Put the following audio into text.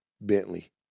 Bentley